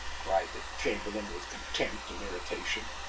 cried the chamberlain with contempt and irritation.